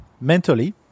mentally